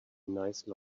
nice